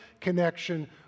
connection